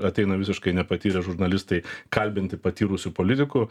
ateina visiškai nepatyrę žurnalistai kalbinti patyrusių politikų